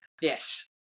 Yes